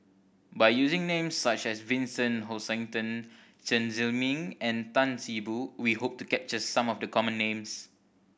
by using names such as Vincent Hoisington Chen Zhiming and Tan See Boo we hope to capture some of the common names